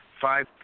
five